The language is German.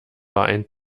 ein